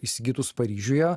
įsigytus paryžiuje